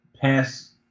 pass